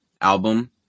album